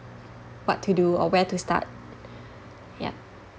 what to do or where to start yup